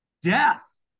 Death